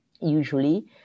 usually